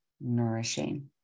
nourishing